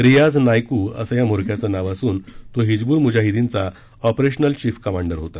रियाझ नायकू असं या म्होरक्याचं नाव असून तो हिजबुल मुजाहिदिनचा ऑपरेशनल चीफ कमांडर होता